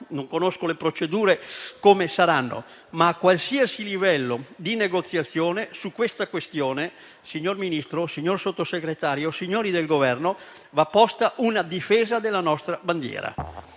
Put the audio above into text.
come saranno le procedure, ma a qualsiasi livello di negoziazione su questa questione, signor Ministro, signor Sottosegretario, signori del Governo, va posta una difesa della nostra bandiera.